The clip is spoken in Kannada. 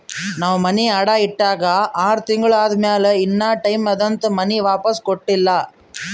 ನಾವ್ ಮನಿ ಅಡಾ ಇಟ್ಟಾಗ ಆರ್ ತಿಂಗುಳ ಆದಮ್ಯಾಲ ಇನಾ ಟೈಮ್ ಅದಂತ್ ಮನಿ ವಾಪಿಸ್ ಕೊಟ್ಟಿಲ್ಲ